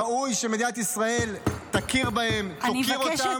ראוי שמדינת ישראל תכיר בהם, תוקיר אותם.